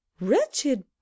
wretched